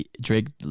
drake